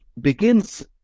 begins